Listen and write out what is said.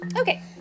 Okay